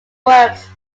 works